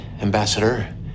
Ambassador